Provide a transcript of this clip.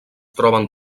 troben